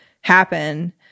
happen